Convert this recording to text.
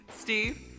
Steve